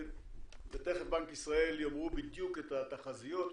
ותיכף בנק ישראל יאמרו בדיוק את התחזיות,